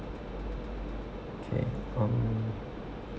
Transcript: okay um